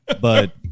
but-